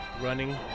running